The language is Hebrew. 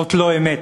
זאת לא אמת.